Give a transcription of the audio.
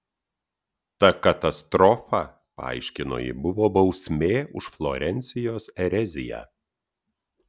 ta katastrofa paaiškino ji buvo bausmė už florencijos ereziją